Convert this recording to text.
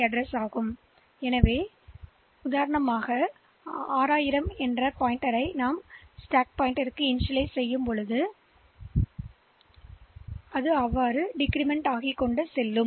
F hex வரை செல்லவில்லை என்றால் உதாரணமாக என்று 6000 சொன்னால் அந்த விஷயத்தில் ஸ்டாக் சுட்டிக்காட்டி பொதுவாக 6000 ஆக துவக்கப்படுகிறது